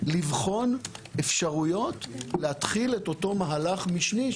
לבחון אפשרויות להתחיל את אותו מהלך משני,